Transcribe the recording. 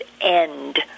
end